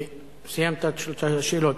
סיימת את השאלות.